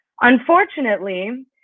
Unfortunately